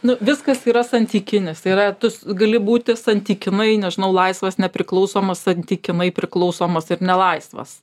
nu viskas yra santykinis tai yra tu gali būti santykinai nežinau laisvas nepriklausomas santykinai priklausomas ir nelaisvas